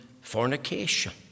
fornication